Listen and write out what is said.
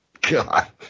God